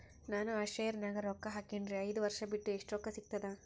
ನಾನು ಆ ಶೇರ ನ್ಯಾಗ ರೊಕ್ಕ ಹಾಕಿನ್ರಿ, ಐದ ವರ್ಷ ಬಿಟ್ಟು ಎಷ್ಟ ರೊಕ್ಕ ಸಿಗ್ತದ?